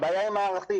הבעיה היא מערכתית.